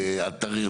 אתרים,